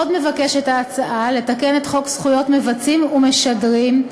עוד מבקשת ההצעה לתקן את חוק זכויות מבצעים ומשדרים,